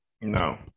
no